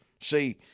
See